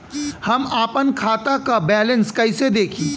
हम आपन खाता क बैलेंस कईसे देखी?